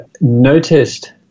noticed